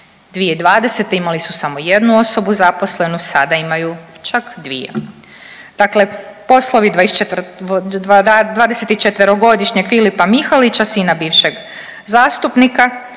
2020. imali su samo jednu osobu zaposlenu, sada imaju čak dvije. Dakle poslovi 24-godišnjeg Filipa Mihalića, sina bivšeg zastupnika,